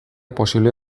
posible